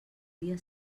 dia